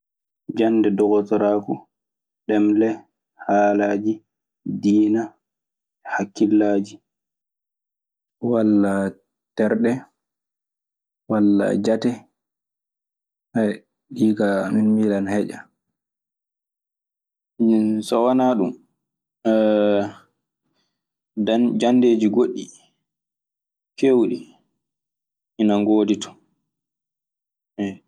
Jamdde dokkotoraku, ɗemle ,haalaji, dina, hakiladji, walla terɗe, walala jate. ɗii kaa miɗe miila ana heƴa. So wonaa ɗum jaŋdeeji goɗɗi keewɗi ina ngoodi toon, eey.